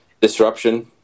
Disruption